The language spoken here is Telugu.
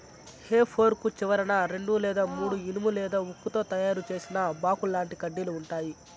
హె ఫోర్క్ చివరన రెండు లేదా మూడు ఇనుము లేదా ఉక్కుతో తయారు చేసిన బాకుల్లాంటి కడ్డీలు ఉంటాయి